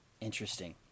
Interesting